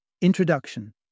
Introduction